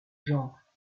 genre